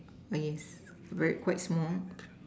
okay re quite small